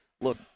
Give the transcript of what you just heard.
Look